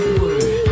word